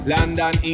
London